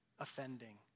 offending